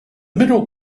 middle